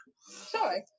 Sorry